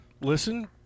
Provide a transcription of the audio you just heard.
listen